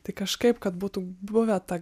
tai kažkaip kad būtų buvę tą